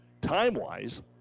time-wise